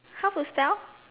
how to spell